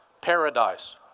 paradise